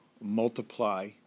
multiply